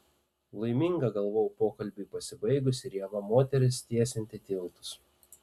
laiminga galvojau pokalbiui pasibaigus ir ieva moteris tiesianti tiltus